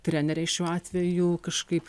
treneriai šiuo atveju kažkaip